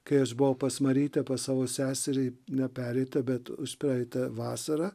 kai aš buvau pas marytę pas savo seserį ne pereitą bet užpraeitą vasarą